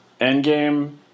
Endgame